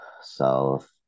South